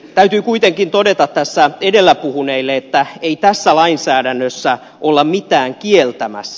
täytyy kuitenkin todeta tässä edellä puhuneille että ei tässä lainsäädännössä olla mitään kieltämässä